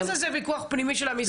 זה לא ויכוח פנימי של המשרד.